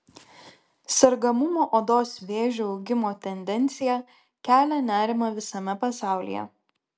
sergamumo odos vėžiu augimo tendencija kelia nerimą visame pasaulyje